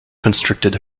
constricted